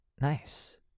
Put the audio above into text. Nice